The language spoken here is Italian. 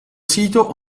sito